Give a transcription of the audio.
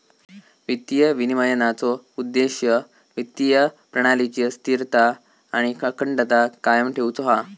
वित्तीय विनिमयनाचो उद्देश्य वित्तीय प्रणालीची स्थिरता आणि अखंडता कायम ठेउचो हा